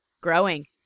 growing